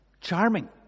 Charming